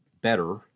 better